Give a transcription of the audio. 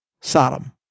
Sodom